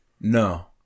no